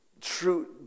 true